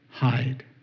hide